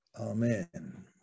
amen